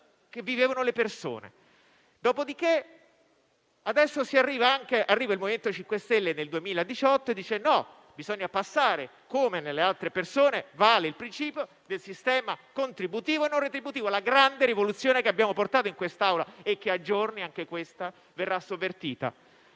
che vivono le persone. Nel 2018 arriva il MoVimento 5 Stelle e dice che, invece, come per le altre persone, vale il principio del sistema contributivo e non retributivo. È la grande rivoluzione che abbiamo portato in quest'Aula e che a giorni (anche questa) verrà sovvertita